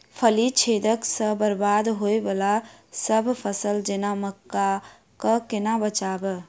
फली छेदक सँ बरबाद होबय वलासभ फसल जेना मक्का कऽ केना बचयब?